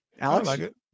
Alex